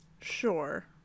sure